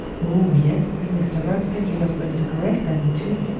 oh, yes, and mr. rugg said he was going to correct danny, too.